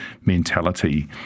mentality